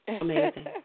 Amazing